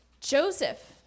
Joseph